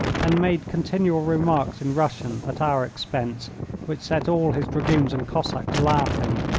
and made continual remarks in russian at our expense which set all his dragoons and cossacks laughing.